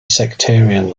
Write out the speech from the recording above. sectarian